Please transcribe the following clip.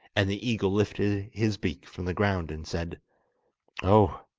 and the eagle lifted his beak from the ground and said oh,